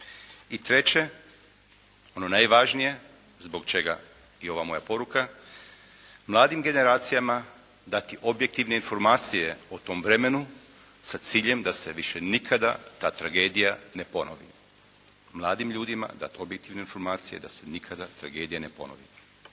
I treće, ono najvažnije zbog čega je ova moja poruka, mladim generacijama dati objektivne informacije o tom vremenu sa ciljem da se više nikada ta tragedija ne ponovi. Mladim ljudima dati objektivne informacije da se nikada tragedija ne ponovi.